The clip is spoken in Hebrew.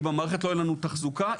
אם לא תהיה לנו תחזוקה למערכת,